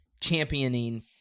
championing